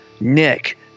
Nick